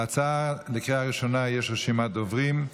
להצעה לקריאה ראשונה יש רשימת דוברים.